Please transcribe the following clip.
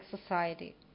society